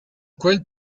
quel